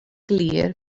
glir